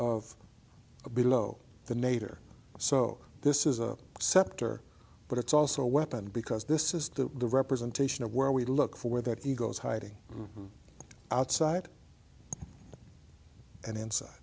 of below the nadir so this is a scepter but it's also a weapon because this is the representation of where we look for that he goes hiding outside and inside